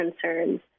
concerns